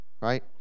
Right